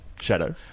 Shadow